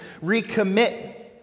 recommit